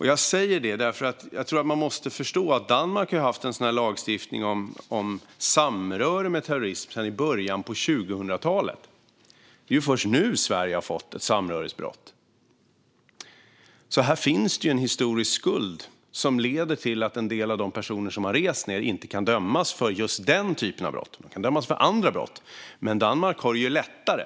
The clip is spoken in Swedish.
Jag säger detta därför att jag tror att man måste förstå att Danmark har haft en lagstiftning om samröre med terrorism sedan början av 2000-talet. Det är först nu som Sverige har fått ett samröresbrott, så här finns det en historisk skuld som leder till att en del av de personer som har rest ned inte kan dömas för just den typen av brott. De kan dock dömas för andra brott. Danmark har det lättare.